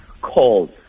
called